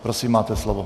Prosím, máte slovo.